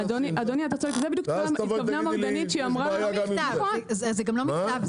לזה בדיוק התכוונה מרגנית כשהיא אמרה --- זה גם לא מכתב.